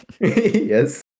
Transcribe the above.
Yes